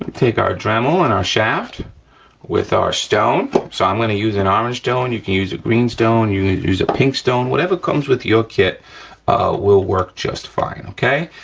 take our dremel and our shaft with our stone, so i'm gonna use an orange stone, you can use a green stone, you could use a pink stone, whatever comes with your kit will work just fine, okay?